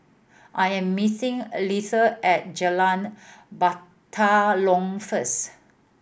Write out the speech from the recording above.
I am meeting a Leatha at Jalan Batalong first